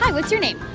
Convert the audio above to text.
what's your name?